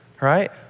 right